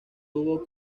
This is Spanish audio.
tuvo